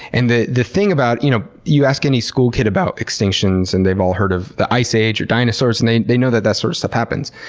and the the thing. you know you ask any school kid about extinctions and they've all heard of the ice age or dinosaurs, and they they know that that sort of stuff happens.